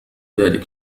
ذلك